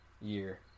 Year